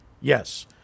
Yes